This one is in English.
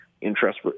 Interest